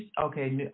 okay